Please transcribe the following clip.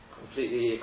completely